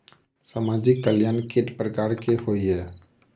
सामाजिक कल्याण केट प्रकार केँ होइ है?